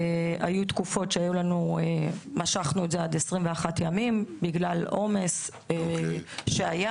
היו תקופות שמשכנו את זה עד 21 ימים בגלל עומס שהיה